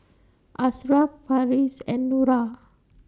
Asharaff Farish and Nura